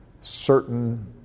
certain